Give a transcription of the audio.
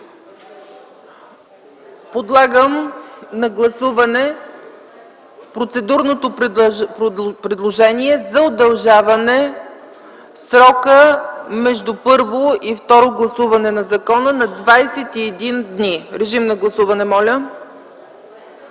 Подлагам на гласуване процедурното предложение за удължаване срока между първо и второ гласуване на законопроекта на 21 дни. Гласували